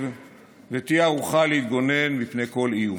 ותהיה ערוכה להתגונן מפני כל איום.